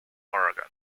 oregon